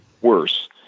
worse